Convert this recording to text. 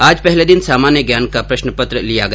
आज पहले दिन सामान्य ज्ञान का प्रश्न पत्र लिया गया